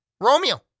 Romeo